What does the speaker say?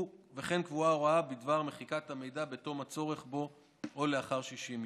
וכן קבועה הוראה בדבר מחיקת המידע בתום הצורך בו או לאחר 60 יום.